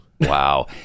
Wow